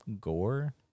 gore